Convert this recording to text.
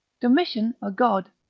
domitian a god,